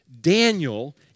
Daniel